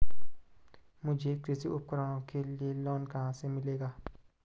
मुझे कृषि उपकरणों के लिए लोन कहाँ से मिलेगा?